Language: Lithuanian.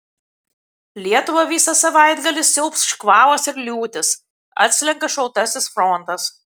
lietuvą visą savaitgalį siaubs škvalas ir liūtys atslenka šaltasis frontas